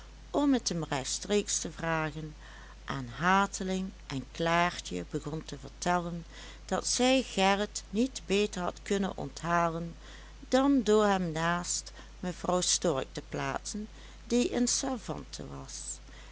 om het hem rechtstreeks te vragen aan hateling en klaartje begon te vertellen dat zij gerrit niet beter had kunnen onthalen dan door hem naast mevrouw stork te plaatsen die een savante was